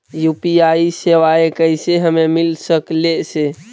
UPI सेवाएं कैसे हमें मिल सकले से?